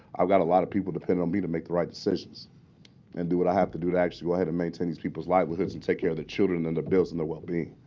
i've got a lot of people depending on me to make the right decisions and do what i have to do to actually go ahead and maintain these people's livelihoods and take care of their children and their bills and their well-being.